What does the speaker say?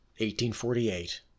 1848